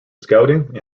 scouting